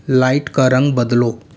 light का रंग बदलो